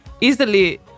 easily